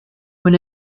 when